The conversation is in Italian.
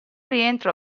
rientro